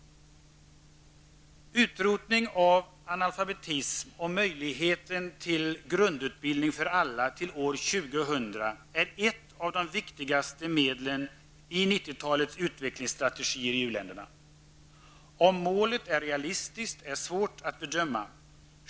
Utrotning av analfabetism och möjligheten till grundutbildning för alla fram till år 2000 är ett av de viktigaste medlen i 1990-talets utvecklingsstrategier i u-länderna. Om målet är realistiskt är svårt att bedöma.